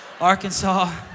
Arkansas